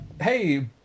Hey